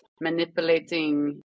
manipulating